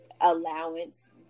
allowance